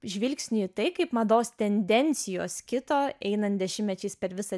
žvilgsnį į tai kaip mados tendencijos kito einant dešimtmečiais per visą